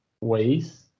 ways